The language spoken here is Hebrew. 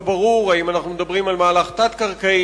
לא ברור אם אנחנו מדברים על מהלך תת-קרקעי,